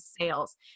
sales